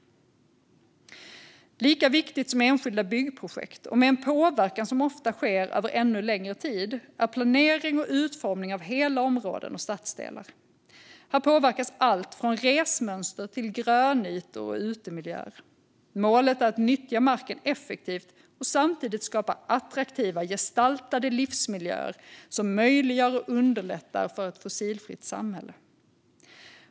Lika viktigt som enskilda byggprojekt och med en påverkan som ofta sker över ännu längre tid är planering och utformning av hela områden och stadsdelar. Här påverkas allt från resmönster till grönytor och utemiljöer. Målet är att nyttja marken effektivt och samtidigt skapa attraktiva gestaltade livsmiljöer som möjliggör och underlättar för ett fossilfritt samhälle.